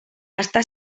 està